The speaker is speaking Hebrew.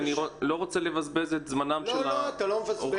אני לא רוצה לבזבז את זמנם של האורחים,